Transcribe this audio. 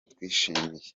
twishimiye